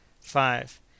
Five